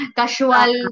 casual